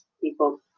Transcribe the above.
people